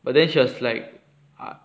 but then she was like ah